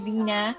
Vina